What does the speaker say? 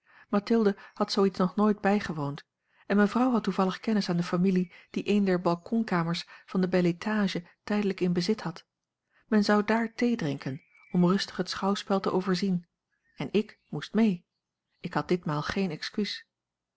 mathilde had zoo iets nog nooit bijgewoond en mevrouw had toevallig kennis aan de familie die een der balkonkamers van de bel étage tijdelijk in bezit had men zou daar theedrinken om rustig het schouwspel te overzien en ik moest mee ik had ditmaal geen excuus